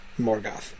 Morgoth